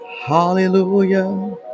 Hallelujah